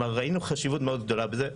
ראינו חשיבות מאוד גדולה בזה.